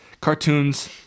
cartoons